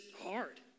hard